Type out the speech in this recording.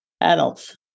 adults